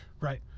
Right